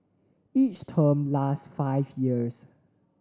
each term lasts five years